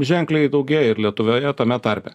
ženkliai daugėja ir lietuvoje tame tarpe